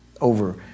over